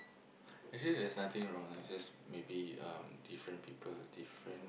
actually there's nothing wrong it's just maybe um different people different